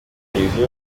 televiziyo